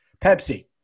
Pepsi